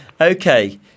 Okay